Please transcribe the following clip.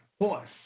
horse